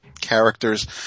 characters